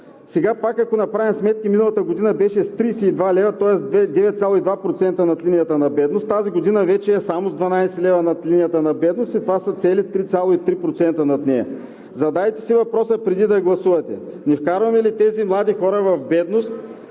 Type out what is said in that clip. Сега ако пак направим сметки – миналата година беше с 32 лв., тоест 9,2% над линията на бедност, тази година вече е само 12 лв. над линията на бедност, а това са цели 3,3% над нея. Задайте си въпроса преди да гласувате: не вкарваме ли тези млади хора в бедност?